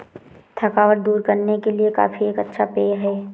थकावट दूर करने के लिए कॉफी एक अच्छा पेय है